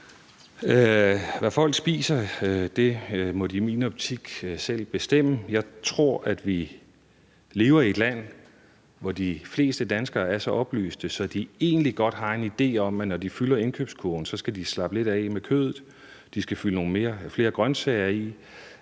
Hvad folk spiser, må de i min optik selv bestemme. Jeg tror, at vi lever i et land, hvor de fleste danskere er så oplyste, at de egentlig godt har en idé om, at når de fylder indkøbskurven, skal de slappe lidt af med kødet, at de skal fylde nogle flere grønsager i,